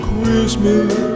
Christmas